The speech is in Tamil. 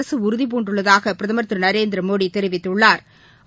அரசுஉறுதிபூண்டுள்ளதாகபிரதமா் திருநரேந்திரமோடிதெரிவித்துள்ளாா்